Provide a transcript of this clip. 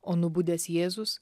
o nubudęs jėzus